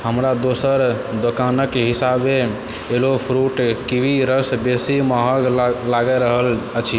हमरा दोसर दोकानक हिसाबे एलो फ़्रूट किवी रस बेसी महग लागि रहल अछि